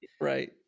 Right